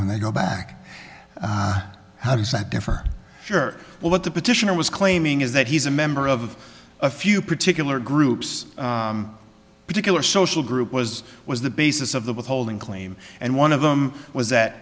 when they go back how does that differ sure well what the petitioner was claiming is that he's a member of a few particular groups particular social group was was the basis of the withholding claim and one of them was that